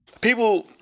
people